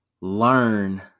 learn